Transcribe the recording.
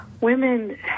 women